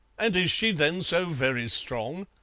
and is she then so very strong?